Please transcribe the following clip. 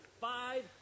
five